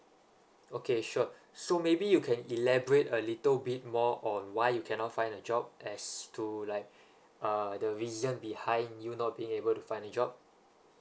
okay sure so maybe you can elaborate a little bit more on why you cannot find a job as to like uh the reason behind you not being able to find a job